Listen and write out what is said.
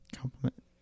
Compliment